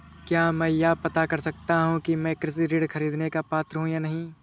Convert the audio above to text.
क्या मैं यह पता कर सकता हूँ कि मैं कृषि ऋण ख़रीदने का पात्र हूँ या नहीं?